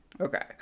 Okay